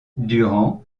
durant